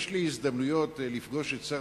יש לי הזדמנויות לפגוש את שר